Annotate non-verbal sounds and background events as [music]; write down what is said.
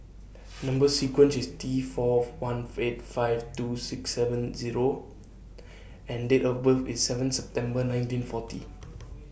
Number sequence IS T Fourth one [unintelligible] five two six seven Zero and Date of birth IS seven September nineteen forty